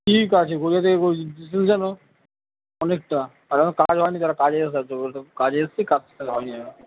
ঠিক আছে কোথা থেকে বলছি তুমি জানো অনেকটা এখনও কাজ হয় নি দাঁড়াও কাজ হলে তাহলে তো বলতাম কাজে এসছি কাজটা হয় নি এখনও